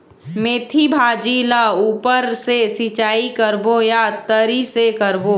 मेंथी भाजी ला ऊपर से सिचाई करबो या तरी से करबो?